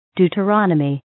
Deuteronomy